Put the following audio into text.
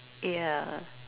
yeah